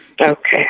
Okay